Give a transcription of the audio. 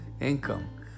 income